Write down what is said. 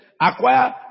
Acquire